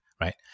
right